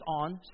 on